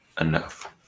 enough